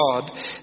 God